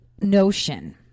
notion